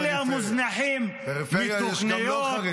-- אלה מוזנחים מתוכניות,